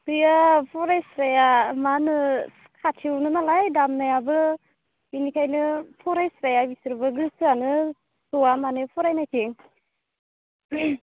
गैया फरायस्राया माहोनो खाथियावनोनालाय दामनायाबो बिनिखायनो फरायस्राया बिसोरबो गोसोआनो ज'आ माने फरायनायथिं